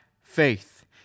faith